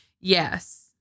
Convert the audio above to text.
Yes